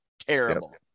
terrible